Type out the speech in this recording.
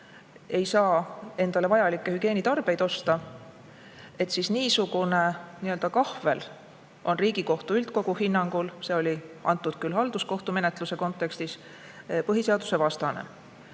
ei saa endale vajalikke hügieenitarbeid osta, siis niisugune nii-öelda kahvel on Riigikohtu üldkogu hinnangul, mis oli küll antud halduskohtumenetluse kontekstis, põhiseadusvastane.